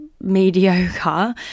mediocre